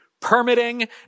permitting